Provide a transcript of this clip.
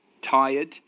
tired